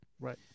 right